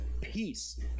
peace